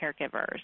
caregivers